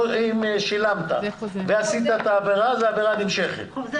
אם שילמת ואז עשית עוד עבירה זה עבירה חוזרת.